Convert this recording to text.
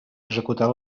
executar